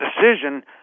decision